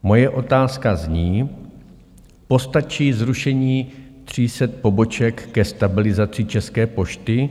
Moje otázka zní: Postačí zrušení 300 poboček ke stabilizaci České pošty?